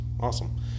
awesome